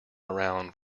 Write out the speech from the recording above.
around